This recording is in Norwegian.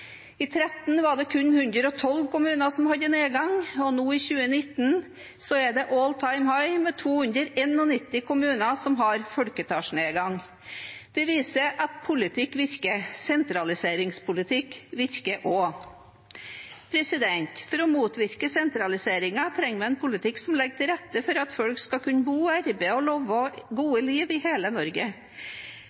I 2013 var det kun 112 kommuner som hadde en nedgang, og i 2019 var det «all-time high», med 291 kommuner som hadde folketallsnedgang. Det viser at politikk virker. Sentraliseringspolitikk virker også. For å motvirke sentraliseringen trenger vi en politikk som legger til rette for at folk skal kunne bo, arbeide og leve gode liv i hele Norge.